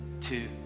two